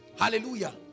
Hallelujah